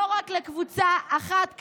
לא רק לקבוצה אחת קטנה,